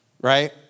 Right